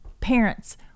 parents